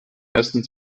ersten